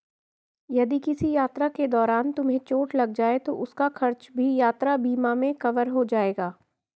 यदि किसी यात्रा के दौरान तुम्हें चोट लग जाए तो उसका खर्च भी यात्रा बीमा में कवर हो जाएगा